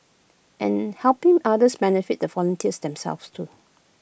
and helping others benefits the volunteers themselves too